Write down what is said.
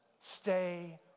Stay